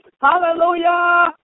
Hallelujah